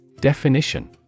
Definition